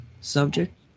subject